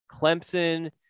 Clemson